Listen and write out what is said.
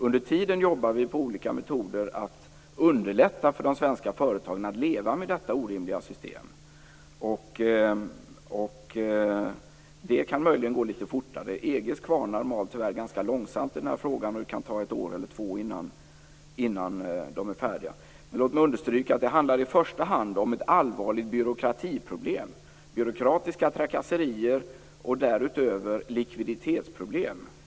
Under tiden jobbar vi på olika metoder för att underlätta för de svenska företagen att leva med detta orimliga system. Det kan möjligen gå lite fortare. EG:s kvarnar mal tyvärr ganska långsamt i frågan. Det kan ta ett år eller två innan de är färdiga. Det handlar i första hand om ett allvarligt byråkratiproblem, dvs. byråkratiska trakasserier, och därutöver likviditetsproblem.